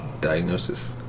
diagnosis